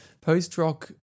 post-rock